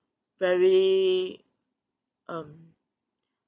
very um